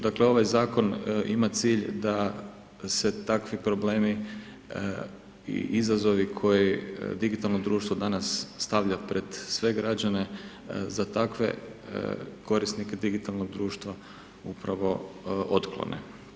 Dakle, ovaj Zakon ima cilj da se takvi problemi i izazovi koje digitalno društvo danas stavlja pred sve građane, za takve korisnike digitalnog društva upravo otklone.